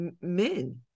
men